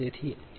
u